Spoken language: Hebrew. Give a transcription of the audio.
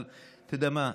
אבל אתה יודע מה?